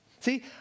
See